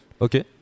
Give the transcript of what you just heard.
Okay